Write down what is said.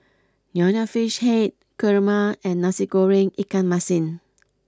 Nonya Fish Head Kurma and Nasi Goreng Ikan Masin